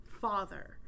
father